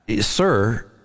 Sir